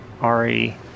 Ari